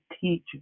teach